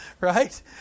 right